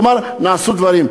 כלומר, נעשו דברים.